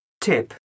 Tip